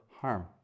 harm